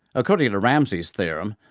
according to to ramsey's theorem,